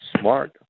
smart